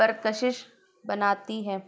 پرکشش بناتی ہیں